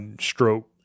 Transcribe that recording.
stroke